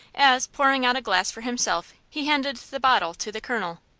as, pouring out a glass for himself, he handed the bottle to the colonel.